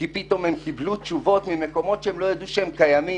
כי פתאום הם קיבלו תשובות ממקומות שהם לא ידעו שהם קיימים.